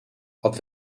had